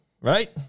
Right